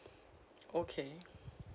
okay